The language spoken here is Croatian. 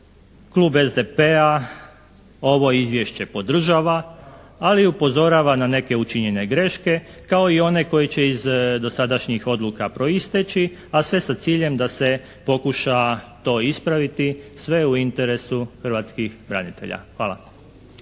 klub SDP-a ovo izvješće podržava ali upozorava na neke učinjene greške kao i one koji će iz dosadašnjih odluka proisteći a sve sa ciljem da se pokuša to ispraviti, sve u interesu hrvatskih branitelja. Hvala.